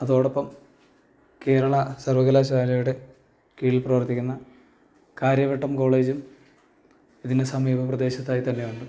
അതോടൊപ്പം കേരള സർവ്വകലാശാലയുടെ കീഴിൽ പ്രവർത്തിക്കുന്ന കാര്യവട്ടം കോളേജും ഇതിനു സമീപപ്രദേശത്തായിത്തന്നെ ഉണ്ട്